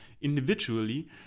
individually